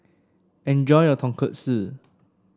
enjoy your Tonkatsu